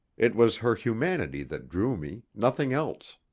it was her humanity that drew me, nothing else.